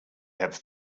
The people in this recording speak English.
have